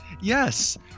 Yes